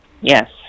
yes